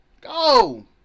Go